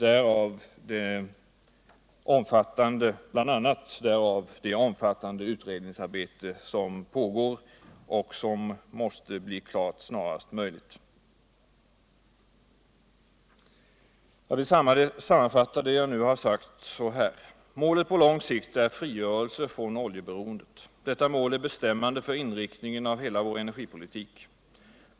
Det är bl.a. därför som ett omfattande utredningsarbete pågår och måste bli klart så snart som möjligt. Jag vill sammanfatta det jag nu har sagt så här: Målet på lång sikt är frigörelse från oljeberoendet. Detta mål är bestämmande för inriktningen av vår energipolitik.